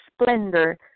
splendor